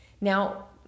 Now